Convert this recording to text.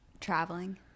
Traveling